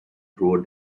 throughout